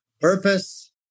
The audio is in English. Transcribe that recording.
purpose